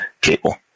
cable